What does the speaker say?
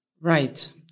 Right